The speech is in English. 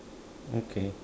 okay